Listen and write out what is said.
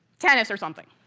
tennis or something.